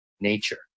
nature